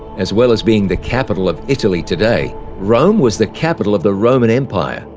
as well as being the capital of italy today, rome was the capital of the roman empire,